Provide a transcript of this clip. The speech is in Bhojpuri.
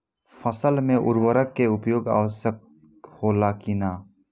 फसल में उर्वरक के उपयोग आवश्यक होला कि न?